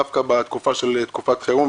דווקא בתקופת חירום,